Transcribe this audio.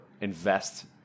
invest